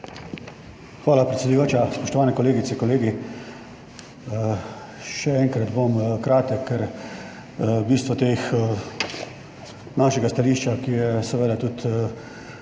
Hvala, predsedujoča. Spoštovane kolegice, kolegi! Še enkrat bom kratek, kar je bistvo našega stališča, ki je seveda tudi